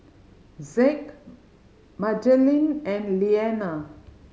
Zeke Madelene and Leaner